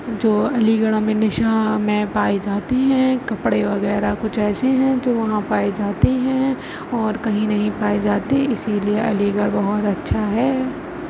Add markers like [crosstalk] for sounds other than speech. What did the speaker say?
جو علی گڑھ [unintelligible] میں پائے جاتے ہیں کپڑے وغیرہ کچھ ایسے ہیں جو وہاں پائے جاتے ہیں اور اور کہیں نہیں پائے جاتے اسی لیے علی گڑھ بہت اچھا ہے